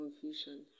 confusion